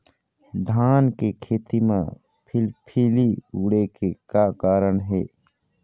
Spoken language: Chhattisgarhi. धान के खेती म फिलफिली उड़े के का कारण हे?